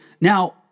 Now